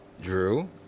Drew